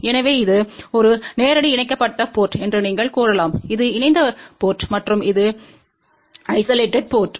எனவே இது ஒரு நேரடி இணைக்கப்பட்ட போர்ட்ம் என்று நீங்கள் கூறலாம் இது இணைந்த போர்ட்ம் மற்றும் இது ஐசோலேடெட் போர்ட்ம்